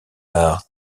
par